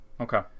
okay